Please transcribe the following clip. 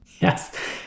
Yes